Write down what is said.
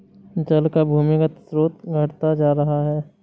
जल का भूमिगत स्रोत घटता जा रहा है